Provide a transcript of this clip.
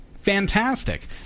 Fantastic